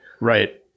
Right